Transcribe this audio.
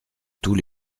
tous